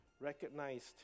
recognized